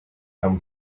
come